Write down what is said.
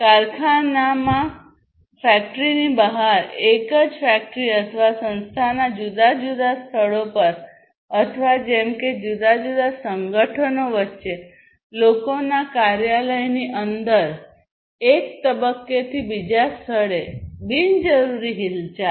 કારખાનામાં ફેક્ટરીની બહાર એક જ ફેક્ટરી અથવા સંસ્થાના જુદા જુદા સ્થળો પર અથવા જેમ કે જુદા જુદા સંગઠનો વચ્ચે લોકોના કાર્યાલયની અંદર એક તબક્કેથી બીજા સ્થળે બિનજરૂરી હિલચાલ